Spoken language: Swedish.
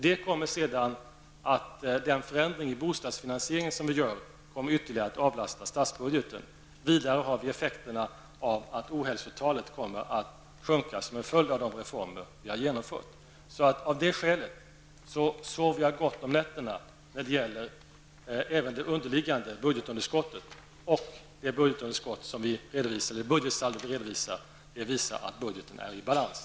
Den förändring av bostadsfinansieringen som genomförs kommer att ytterligare avlasta statsbudgeten. Vidare har vi effekterna av att ohälsotalet kommer att sjunka som en följd av de reformer som vi har genomfört. Av det skälet sover jag gott om nätterna när det gäller även det underliggande budgetunderskottet och det budgetsaldo som redovisas. Budgetsaldot visar att budgeten är i balans.